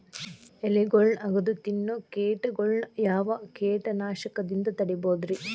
ಎಲಿಗೊಳ್ನ ಅಗದು ತಿನ್ನೋ ಕೇಟಗೊಳ್ನ ಯಾವ ಕೇಟನಾಶಕದಿಂದ ತಡಿಬೋದ್ ರಿ?